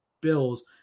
Bills